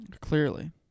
Clearly